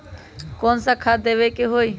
कोन सा खाद देवे के हई?